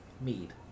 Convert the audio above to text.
mead